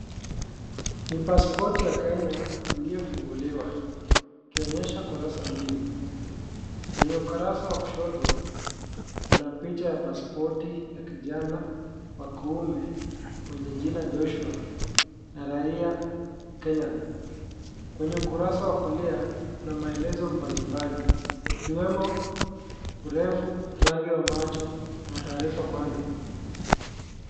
Ni paspoti ya Kenya uliyo funguliwa ukionyesha ukurasa mbili. Kwenye ukurasa wa kushoto kuna pichaa ya paspoti ya kijana wa kuume wenye jina Joshua na raia Kenyan. Kwenye ukarasa wa kulia kuna maelezo mbalimbali kiwemo urefu, rangi ya macho na taarifa maalum .